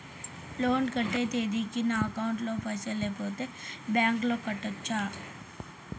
Loan కట్టే తేదీకి నా అకౌంట్ లో పైసలు లేకుంటే బ్యాంకులో కట్టచ్చా?